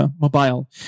mobile